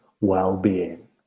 well-being